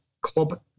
club